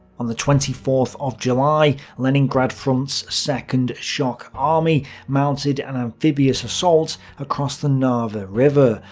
on the twenty fourth of july, leningrad front's second shock army mounted an amphibious assault across the narva river,